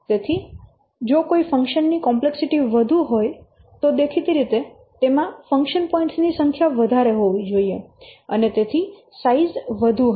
તેથી જો કોઈ ફંકશન ની કોમ્પ્લેક્સિટી વધુ હોય દેખીતી રીતે તેમાં તેમાં ફંકશન પોઇન્ટ્સ ની સંખ્યા વધારે હોવી જોઈએ અને તેથી સાઈઝ વધુ હશે